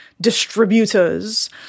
distributors